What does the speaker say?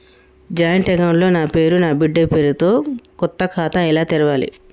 Joint account లో నా పేరు నా బిడ్డే పేరు తో కొత్త ఖాతా ఎలా తెరవాలి?